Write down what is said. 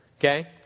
Okay